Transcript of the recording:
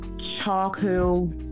charcoal